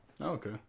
Okay